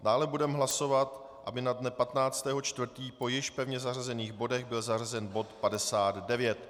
Dále budeme hlasovat, aby na den 15. 4. po již pevně zařazených bodech byl zařazen bod 59.